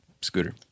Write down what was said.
Scooter